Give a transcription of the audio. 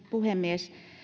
puhemies